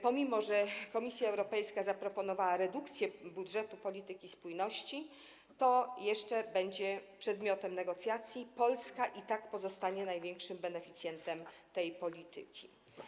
Pomimo że Komisja Europejska zaproponowała redukcję budżetu polityki spójności - co jeszcze będzie przedmiotem negocjacji - Polska i tak pozostanie największym beneficjentem tej polityki.